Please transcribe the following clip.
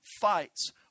fights